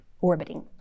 orbiting